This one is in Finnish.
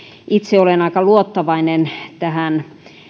itse olen aika luottavainen mitä tulee